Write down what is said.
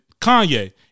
Kanye